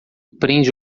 prende